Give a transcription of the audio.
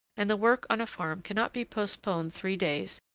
and the work on a farm cannot be postponed three days,